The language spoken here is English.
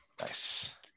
Nice